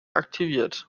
aktiviert